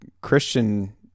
christian